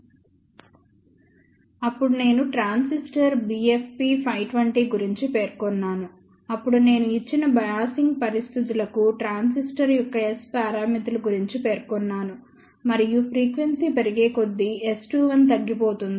అప్పుడు నేను transistor BFP 520 గురించి పేర్కొన్నాను అప్పుడు నేను ఇచ్చిన బయాసింగ్ పరిస్థితులకు ట్రాన్సిస్టర్ యొక్క S పారామితులు గురించి పేర్కొన్నాను మరియు ఫ్రీక్వెన్సీ పెరిగేకొద్దీ S21 తగ్గిపోతుంది